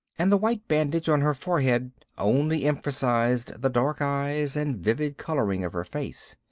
and the white bandage on her forehead only emphasized the dark eyes and vivid coloring of her face.